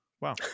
Wow